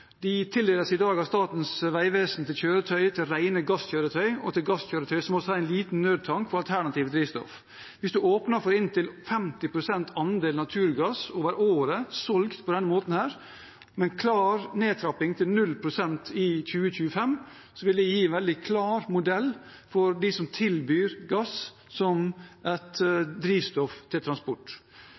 De tildeles i dag av Statens vegvesen til rene gasskjøretøy og til gasskjøretøy som også har en liten nødtank for alternative drivstoff. Hvis man åpner for inntil 50 pst. andel naturgass over året solgt på denne måten, med en klar nedtrapping til 0 pst. i 2025, vil det gi en veldig klar modell for dem som tilbyr gass som et drivstoff til transport.